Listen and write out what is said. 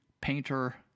painter